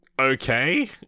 okay